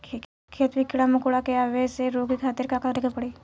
खेत मे कीड़ा मकोरा के आवे से रोके खातिर का करे के पड़ी?